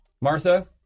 Martha